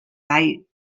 gai